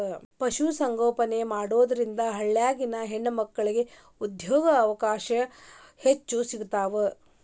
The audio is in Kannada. ಪಶು ಸಂಗೋಪನೆ ಮಾಡೋದ್ರಿಂದ ಹಳ್ಳ್ಯಾಗಿನ ಹೆಣ್ಣಮಕ್ಕಳಿಗೆ ಉದ್ಯೋಗಾವಕಾಶ ಹೆಚ್ಚ್ ಸಿಗ್ತಾವ